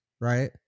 right